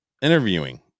Interviewing